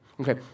okay